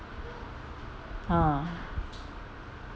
ha